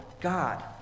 God